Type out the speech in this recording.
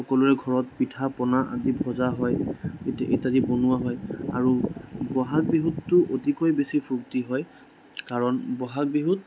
সকলোৱে ঘৰত পিঠা পনা আদি ভজা হয় ই ইত্যাদি বনোৱা হয় আৰু বহাগ বিহুততো অতিকৈ বেছি ফূৰ্তি হয় কাৰণ বহাগ বিহুত